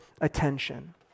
attention